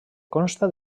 consta